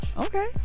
Okay